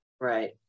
right